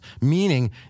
meaning